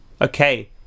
okay